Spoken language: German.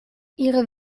ihre